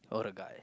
or a guy